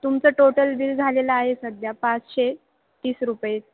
तुमचं total bill झालेलं आहे सध्या पाचशे तीस रुपये